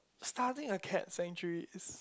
starting a cat centre